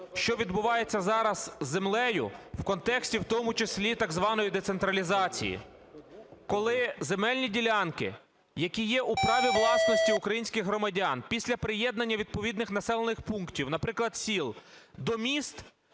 що відбувається зараз з землею, в контексті в тому числі так званої децентралізації. Коли земельні ділянки, які є у праві власності українських громадян, після приєднання відповідних населених пунктів, наприклад сіл до міст,